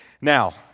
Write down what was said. Now